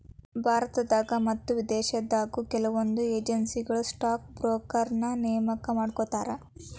ಭಾರತದಾಗ ಮತ್ತ ವಿದೇಶದಾಗು ಕೆಲವೊಂದ್ ಏಜೆನ್ಸಿಗಳು ಸ್ಟಾಕ್ ಬ್ರೋಕರ್ನ ನೇಮಕಾ ಮಾಡ್ಕೋತಾರ